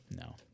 No